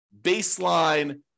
baseline